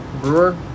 Brewer